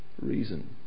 reason